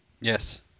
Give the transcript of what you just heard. Yes